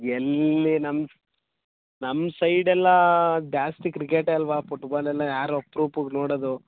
ಎಲ್ಲಿ ನಮ್ಮ ನಮ್ಮ ಸೈಡ್ ಎಲ್ಲ ಜಾಸ್ತಿ ಕ್ರಿಕೆಟೇ ಅಲ್ಲವಾ ಪುಟ್ಬಾಲ್ ಎಲ್ಲ ಯಾರು ಅಪ್ರೂಪಕ್ಕೆ ನೋಡೋದು